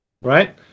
Right